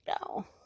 No